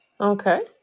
okay